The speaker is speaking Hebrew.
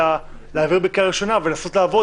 אלא להעביר בקריאה ראשונה ולנסות לעבוד